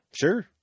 Sure